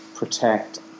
protect